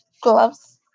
gloves